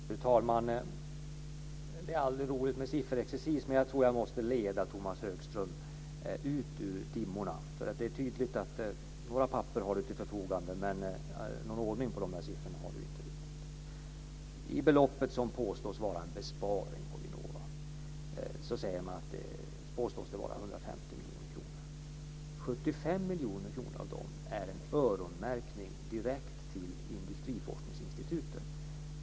Fru talman! Det är aldrig roligt med sifferexercis men jag tror att jag nu måste leda Tomas Högström ut ur dimmorna. Våra papper har du Tomas Högström till sitt förfogande men någon ordning på siffrorna har han inte riktigt. Det belopp som sägs vara en besparing på Vinnova påstår man vara 150 miljoner kronor. 75 miljoner kronor av det beloppet är öronmärkta direkt till industriforskningsinstituten.